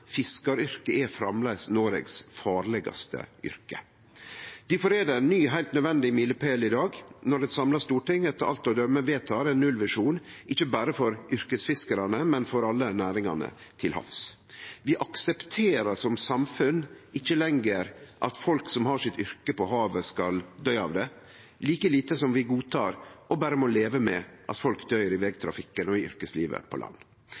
fiskaryrket er framleis Noregs farlegaste yrke. Difor er det ein ny, heilt nødvendig milepæl i dag, når eit samla storting etter alt å døme vedtar ein nullvisjon ikkje berre for yrkesfiskarane, men for alle næringane til havs. Vi aksepterer som samfunn ikkje lenger at folk som har yrket sitt på havet, skal døy av det – like lite som vi godtar og berre må leve med at folk døyr i vegtrafikken og i yrkeslivet på land.